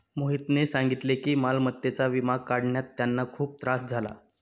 मोहितने सांगितले की मालमत्तेचा विमा काढण्यात त्यांना खूप त्रास झाला